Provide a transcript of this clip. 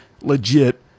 legit